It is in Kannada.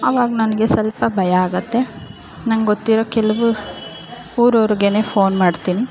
ಅವಾಗ ನನಗೆ ಸ್ವಲ್ಪ ಭಯ ಆಗುತ್ತೆ ನಂಗೊತ್ತಿರೊ ಕೆಲವು ಊರೋರ್ಗೆ ಫೋನ್ ಮಾಡ್ತೀನಿ